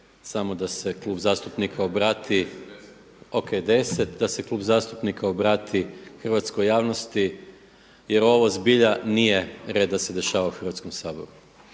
deset, da se klub zastupnika obrati hrvatskoj javnosti jer ovo zbilja nije red da se dešava u Hrvatskom saboru.